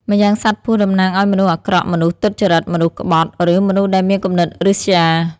ម្យ៉ាងសត្វពស់តំណាងឲ្យមនុស្សអាក្រក់ មនុស្សទុច្ចរិត មនុស្សក្បត់ ឬមនុស្សដែលមានគំនិតឫស្យា។